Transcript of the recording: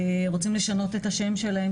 רוצים לשנות את השם שלהם,